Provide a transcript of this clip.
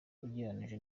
ugereranyije